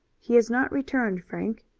he has not returned, frank,